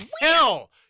Hell